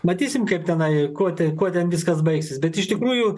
matysim kaip tenai ko ti kuo ten viskas baigsis bet iš tikrųjų